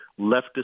leftist